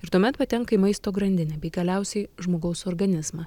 ir tuomet patenka į maisto grandinę bei galiausiai žmogaus organizmą